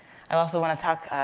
and also wanna talk,